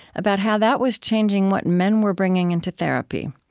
about how that was changing what men were bringing into therapy.